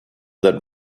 that